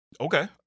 Okay